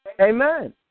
Amen